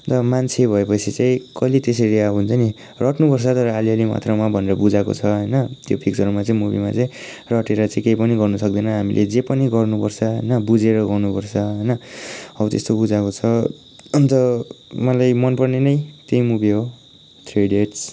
अन्त मान्छे भएपछि चाहिँ कहिले त्यसरी अब हुन्छ नि रट्नु पर्छ तर अलिअलि मात्रामा भनेर बुझाएको छ होइन त्यो पिक्चरमा चाहिँ मुभीमा चाहिँ रटेर चाहिँ केही पनि गर्नु सक्दैन हामीले जे पनि गर्नुपर्छ होइन बुझेर गर्नुपर्छ होइन हो त्यस्तो बुझाएको छ अन्त मलाई मनपर्ने नै त्यही मुभी हो थ्री इडियट्स